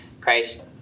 Christ